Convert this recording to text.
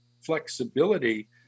flexibility